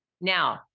Now